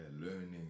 learning